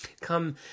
come